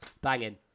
Banging